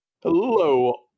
Hello